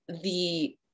the-